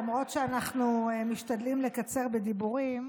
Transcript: למרות שאנחנו משתדלים לקצר בדיבורים,